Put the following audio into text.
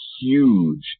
huge